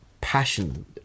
passion